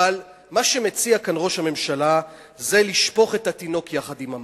אבל מה שמציע כאן ראש הממשלה זה לשפוך את התינוק יחד עם המים.